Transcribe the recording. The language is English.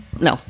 No